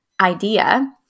idea